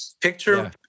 picture